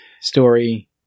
story